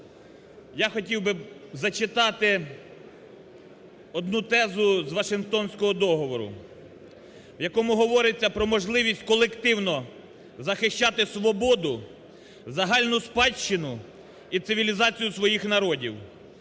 Я хотів би зачитати одну тезу з Вашингтонського договору, в якому говориться про можливість колективно захищати свободу, загальну спадщину і цивілізацію своїх народів,